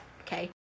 Okay